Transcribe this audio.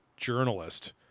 journalist